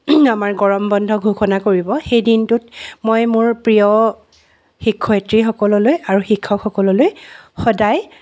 আমাৰ গৰম বন্ধ ঘোষণা কৰিব সেই দিনটোত মই মোৰ প্ৰিয় শিক্ষয়িত্ৰীসকললৈ আৰু শিক্ষকসকললৈ সদাই